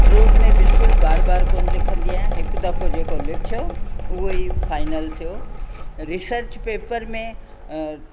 pros में बिल्कुलु बार बार कोन लिखंदी आहियां हिकु दफ़ो जेको लिखियो उहो ई फाईनल थियो रिसर्च पेपर में